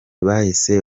bahise